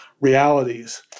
realities